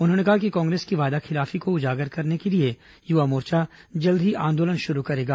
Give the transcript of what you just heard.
उन्होंने कहा कि कांग्रेस की वादाखिलाफी को उजागर करने के लिए युवामोर्चा जल्द ही आंदोलन शुरू करेगा